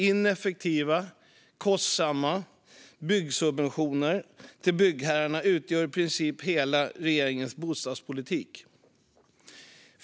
Ineffektiva och kostsamma byggsubventioner till byggherrarna utgör i princip hela regeringens bostadspolitik.